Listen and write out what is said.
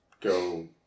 go